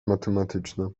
matematyczne